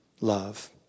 love